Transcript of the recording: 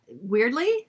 Weirdly